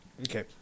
Okay